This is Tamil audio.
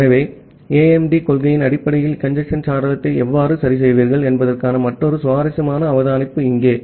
ஆகவே AIMD கொள்கையின் அடிப்படையில் கஞ்சேஸ்ன் சாளரத்தை எவ்வாறு சரிசெய்வீர்கள் என்பதற்கான மற்றொரு சுவாரஸ்யமான அவதானிப்பு இங்கே